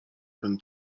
ten